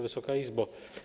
Wysoka Izbo!